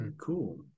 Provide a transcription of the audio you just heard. cool